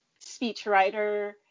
speechwriter